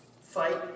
Fight